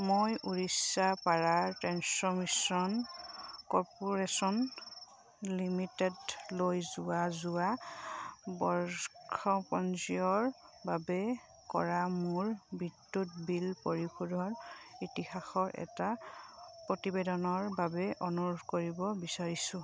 মই Orissa power transmission corporation লিমিটেডলৈ যোৱা যোৱা বৰ্ষপঞ্জীৰ বাবে কৰা মোৰ বিদ্যুৎ বিল পৰিশোধৰ ইতিহাসৰ এটা প্ৰতিবেদনৰ বাবে অনুৰোধ কৰিব বিচাৰিছোঁ